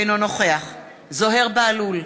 אינו נוכח זוהיר בהלול,